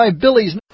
Billy's